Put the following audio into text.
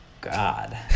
God